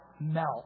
Melt